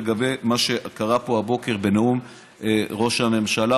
לגבי מה שקרה פה הבוקר בנאום ראש הממשלה,